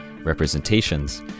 representations